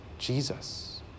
Jesus